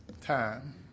time